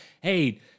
hey